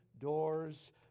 doors